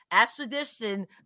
extradition